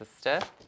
sister